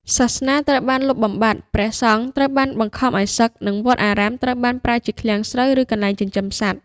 សាសនាត្រូវបានលុបបំបាត់ ព្រះសង្ឃត្រូវបានបង្ខំឱ្យសឹក និងវត្តអារាមត្រូវបានប្រើជាឃ្លាំងស្រូវ ឬកន្លែងចិញ្ចឹមសត្វ។